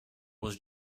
was